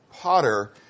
potter